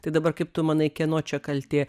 tai dabar kaip tu manai kieno čia kaltė